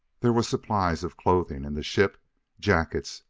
there were supplies of clothing in the ship jackets,